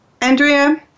Andrea